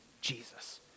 Jesus